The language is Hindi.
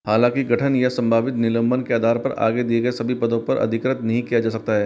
हालाँकि गठन या संभावित निलंबन के आधार पर आगे दिए गए सभी पदों पर अधिकृत नहीं किया जा सकता है